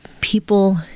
people